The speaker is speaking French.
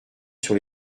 sur